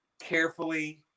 carefully